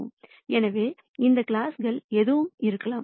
எனவே இந்த கிளாஸ்கள் எதுவும் இருக்கலாம்